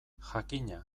jakina